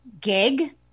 gig